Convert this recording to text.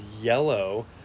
yellow